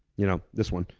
you know, this one.